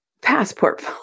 passport